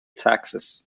taxes